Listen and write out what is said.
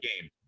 game